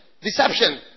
Deception